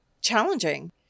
challenging